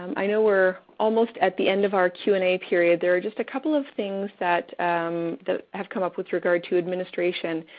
i know we're almost at the end of our q and a period. there're just a couple of things that have come up with regard to administration.